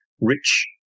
rich